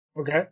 Okay